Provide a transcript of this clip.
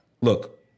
look